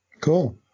Cool